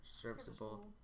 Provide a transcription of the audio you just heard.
serviceable